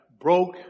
broke